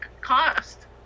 cost